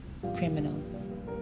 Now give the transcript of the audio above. criminal